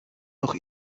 noch